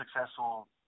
successful